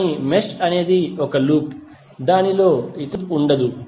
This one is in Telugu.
కానీ మెష్ అనేది ఒక లూప్ దానిలో ఇతర లూప్ ఉండదు